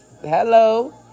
Hello